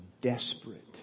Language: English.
desperate